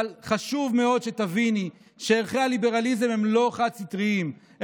אבל חשוב מאוד שתביני שערכי הליברליזם הם לא חד-סטריים,